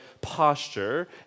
posture